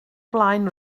blaen